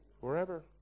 forever